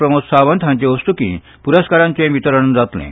प्रमोद सावंत हांचे हस्तुकी प्रस्कारांचे वितरण जातलें